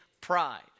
pride